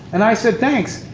and i said, thanks.